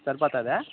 సరిపోతుందా